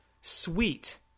sweet